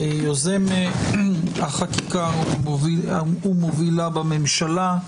יוזם החקיקה ומובילה בממשלה.